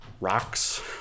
rocks